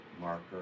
marker